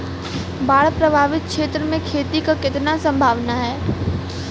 बाढ़ प्रभावित क्षेत्र में खेती क कितना सम्भावना हैं?